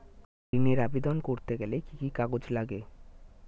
ঋণের আবেদন করতে গেলে কি কি কাগজ লাগে?